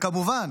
וכמובן